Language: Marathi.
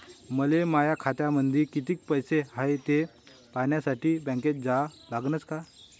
मले माया खात्यामंदी कितीक पैसा हाय थे पायन्यासाठी बँकेत जा लागनच का?